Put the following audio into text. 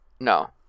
No